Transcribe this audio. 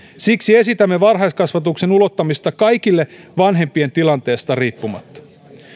siksi esitämme varhaiskasvatuksen ulottamista kaikille vanhempien tilanteesta riippumatta